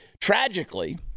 Tragically